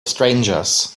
strangers